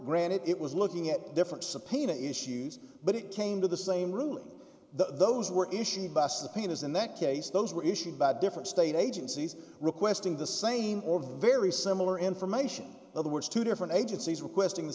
granted it was looking at different subpoena issues but it came to the same ruling the were issued by the penis in that case those were issued by different state agencies requesting the same or very similar information other words to different agencies requesting